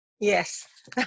yes